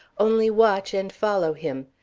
only watch and follow him.